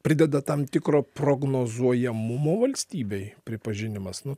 prideda tam tikro prognozuojamumo valstybei pripažinimas nu